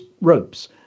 ropes